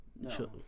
no